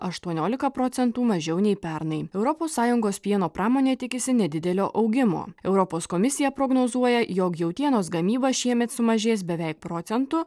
aštuoniolika procentų mažiau nei pernai europos sąjungos pieno pramonė tikisi nedidelio augimo europos komisija prognozuoja jog jautienos gamyba šiemet sumažės beveik procentu